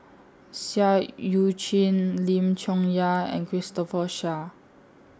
Seah EU Chin Lim Chong Yah and Christopher Chia